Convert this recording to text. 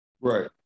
Right